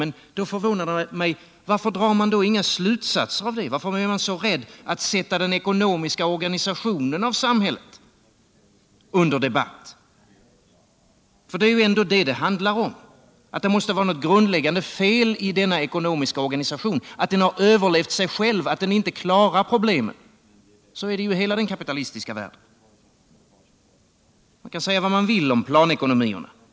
Men då förvånar det mig att man inte drar några slutsatser av det. Varför är man så rädd att sätta den ekonomiska organisationen av samhället under debatt? Det är ju ändå detta det handlar om — att det måste vara något grundläggande fel i denna ekonomiska organisation, att den har överlevt sig själv. att den inte kan klara problemen. Så är det ju i hela den kapitalistiska världen. Man kan säga vad man vill om planekonomierna.